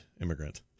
immigrant